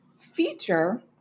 feature